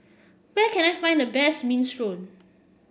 where can I find the best Minestrone